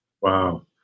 wow